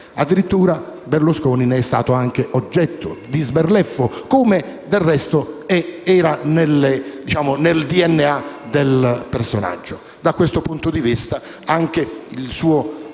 Addirittura Berlusconi ne è stato anche oggetto di sberleffo, come del resto era nel DNA del personaggio. Da questo punto di vista anche il suo